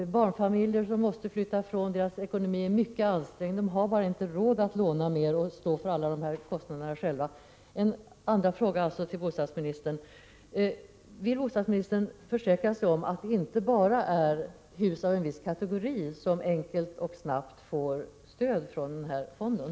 Barnfamiljer måste kanske flytta, och deras ekonomi blir mycket ansträngd. De har bara inte råd att låna mer och stå för alla kostnader själva. Vill bostadsministern försäkra sig om att inte bara hus av en viss kategori enkelt och snabbt kan få stöd av fonden?